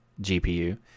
GPU